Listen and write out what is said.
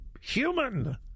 human